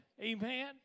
Amen